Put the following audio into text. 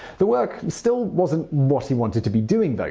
the work still wasn't what he wanted to be doing, though.